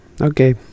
Okay